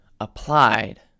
applied